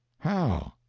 how?